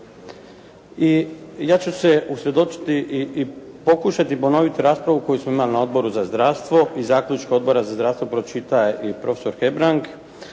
ja ću se usredotočiti i pokušati ponoviti raspravu koju smo imali na Odboru na zdravstvo i zaključke Odbora za zdravstvo pročita i profesor Hebrang,